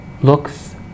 looks